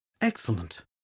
Excellent